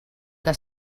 que